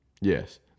Yes